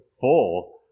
full